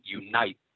unite